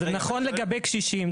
זה נכון לגבי קשישים.